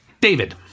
David